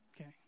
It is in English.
Okay